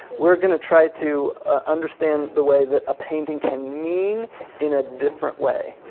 we're gonna try to understand the way that a painting can mean in a different way,